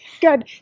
Good